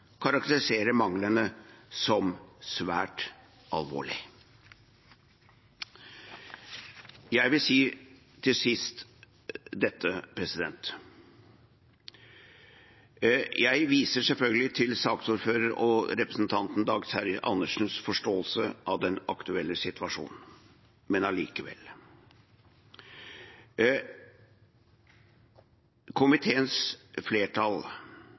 karakteriserer manglene som svært alvorlige. Jeg vil til sist si dette – jeg viser selvfølgelig til saksordfører Dag Terje Andersens forståelse av den aktuelle situasjonen, men allikevel: Komiteens